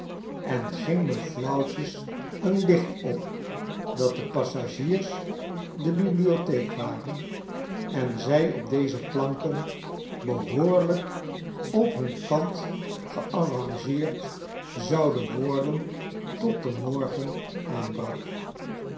en ging me flauwtjes een licht op dat de passagiers de bibliotheek waren en zij op deze planken behoorlijk op hun kant gearrangeerd zouden worden tot de morgen aanbrak